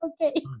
okay